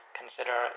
consider